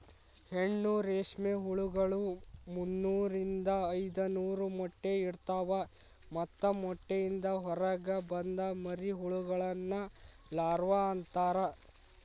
ಹೆಣ್ಣು ರೇಷ್ಮೆ ಹುಳಗಳು ಮುನ್ನೂರಿಂದ ಐದನೂರ ಮೊಟ್ಟೆ ಇಡ್ತವಾ ಮತ್ತ ಮೊಟ್ಟೆಯಿಂದ ಹೊರಗ ಬಂದ ಮರಿಹುಳಗಳನ್ನ ಲಾರ್ವ ಅಂತಾರ